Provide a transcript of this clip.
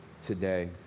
today